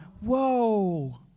whoa